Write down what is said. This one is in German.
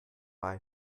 bei